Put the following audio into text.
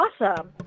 awesome